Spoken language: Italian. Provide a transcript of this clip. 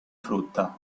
frutta